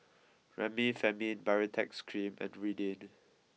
Remifemin Baritex Cream and Ridwind